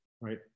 right